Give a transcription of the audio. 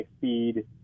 feed